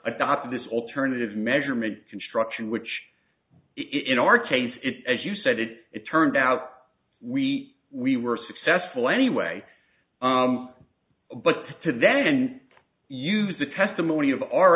adopting this alternative measurement construction which it in our case as you said it it turned out we we were successful anyway but to then use the testimony of our